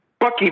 Bucky